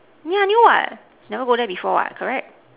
yeah new what never go there before what correct